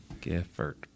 Gifford